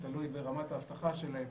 תלוי ברמת האבטחה שלהם.